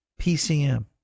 PCM